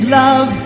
love